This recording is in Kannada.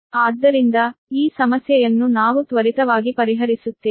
ಆದ್ದರಿಂದ ಈ ಸಮಸ್ಯೆಯನ್ನು ನಾವು ತ್ವರಿತವಾಗಿ ಪರಿಹರಿಸುತ್ತೇವೆ